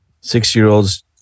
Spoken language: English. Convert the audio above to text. six-year-olds